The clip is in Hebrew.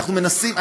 אנחנו מנסים.